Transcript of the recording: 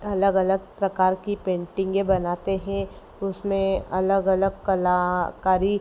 अलग अलग प्रकार की पेंटिंगें बनाते हैं उसमें अलग अलग कलाकारी